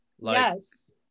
Yes